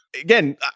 Again